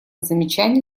замечаний